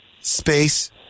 Space